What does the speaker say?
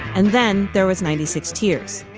and then there was ninety six tears.